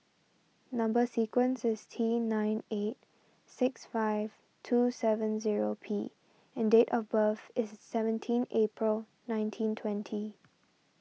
Number Sequence is T nine eight six five two seven zero P and date of birth is seventeen April nineteen twenty